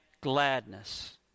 gladness